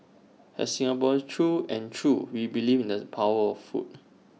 as Singaporeans through and through we believe in the power of food